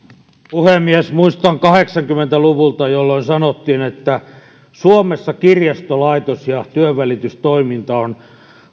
puhemies muistan kahdeksankymmentä luvulta että silloin sanottiin että suomessa kirjastolaitos ja työnvälitystoiminta on